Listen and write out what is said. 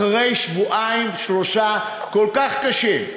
אחרי שבועיים-שלושה כל כך קשים,